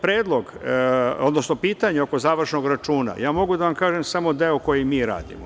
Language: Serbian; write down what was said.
Predlog, odnosno pitanja oko završnog računa, ja mogu da vam kažem samo deo koji mi radimo.